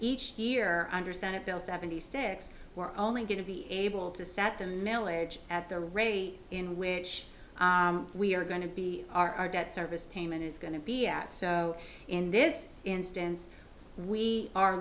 each here under senate bill seventy six we're only going to be able to set the millage at the rate in which we are going to be our debt service payment is going to be out so in this instance we are